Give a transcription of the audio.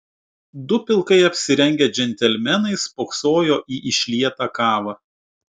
du pilkai apsirengę džentelmenai spoksojo į išlietą kavą